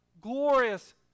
glorious